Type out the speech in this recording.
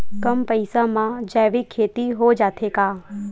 कम पईसा मा जैविक खेती हो जाथे का?